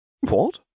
What